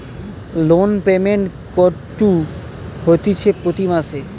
loan payment কুরঢ হতিছে প্রতি মাসে